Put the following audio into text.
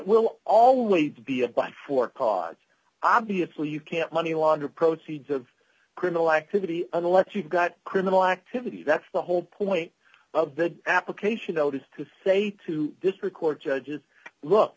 will always be a buy for cause obviously you can't money launder proceeds of criminal activity unless you've got criminal activity that's the whole point of the application notice to say to district court judges look